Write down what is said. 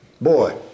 Boy